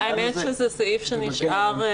האמת שזה סעיף שנשאר.